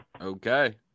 Okay